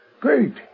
Great